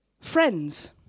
Friends